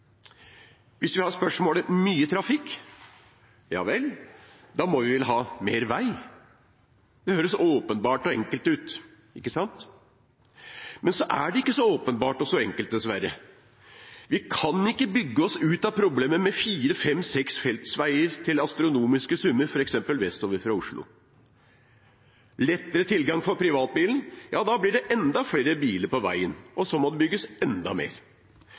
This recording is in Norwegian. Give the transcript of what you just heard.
Hvis det blir spørsmål om mye trafikk, da må vi vel ha mer vei? Det høres åpenbart og enkelt ut, ikke sant? Men så er det ikke så åpenbart og enkelt, dessverre. Vi kan ikke bygge oss ut av problemene med firefemseksfeltsveier til astronomiske summer, f.eks. vestover fra Oslo. Skal vi ha ettere tilgang for privatbilen, blir det enda flere biler på veien, og så må det bygges enda mer.